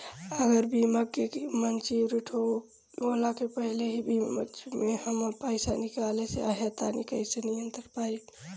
अगर बीमा के मेचूरिटि होला के पहिले ही बीच मे हम पईसा निकाले चाहेम त कइसे निकाल पायेम?